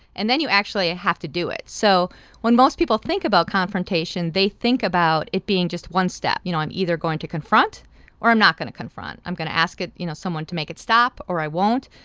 and then you actually have to do it. so when most people think about confrontation, they think about it being just one step. you know, i'm either going to confront or i'm not going to confront. i'm going to ask it you know, someone to make it stop or i won't.